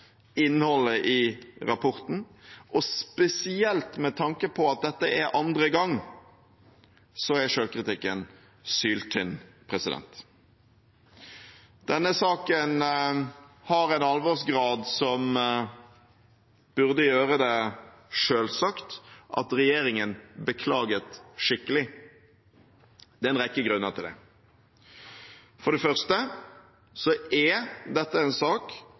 innholdet i rapporten og spesielt med tanke på at dette er andre gang, er selvkritikken syltynn. Denne saken har en alvorsgrad som burde gjøre det selvsagt at regjeringen beklaget skikkelig. Det er en rekke grunner til det. For det første er dette en sak